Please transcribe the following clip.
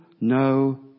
no